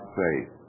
faith